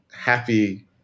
happy